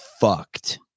fucked